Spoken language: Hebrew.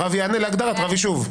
הרב יענה להגדרת רב יישוב.